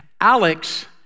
Alex